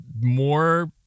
more